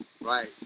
Right